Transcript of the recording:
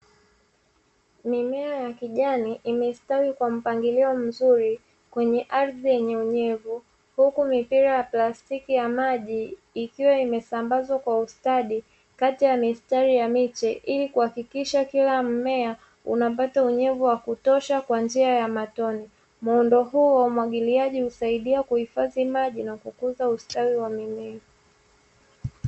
Mimea ya kijani imestawi kwa mpangilio mzuri kwenye ardhi yenye unyevu huku mipira ya plastiki ya maji ikiwa imesambazwa kwa ustadi kati ya mistari ya miche, ili kuhakikisha kila mmea unapata unyevu wa kutosha kwa njia ya matone. Muundo huu wa umwagiliaji husaidia kuhifadhi maji na kukuza ustawi wa mimea.